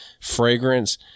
fragrance